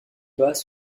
bas